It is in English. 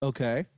Okay